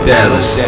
Dallas